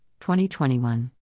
2021